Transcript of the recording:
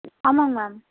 ஆமாங்க மேம்